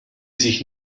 sich